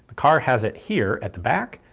kerr has it here at the back.